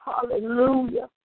Hallelujah